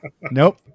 nope